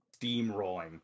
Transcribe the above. steamrolling